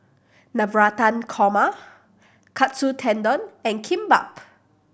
Navratan Korma Katsu Tendon and Kimbap